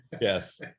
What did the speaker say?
Yes